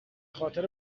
خاطر